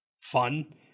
fun